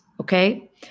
okay